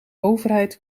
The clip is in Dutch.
overheid